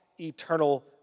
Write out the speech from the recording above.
eternal